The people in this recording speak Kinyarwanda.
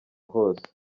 hose